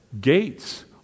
gates